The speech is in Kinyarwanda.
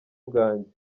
bwanjye